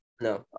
No